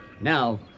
now